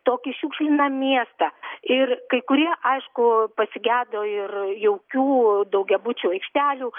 tokį šiukšliną miestą ir kai kurie aišku pasigedo ir jaukių daugiabučių aikštelių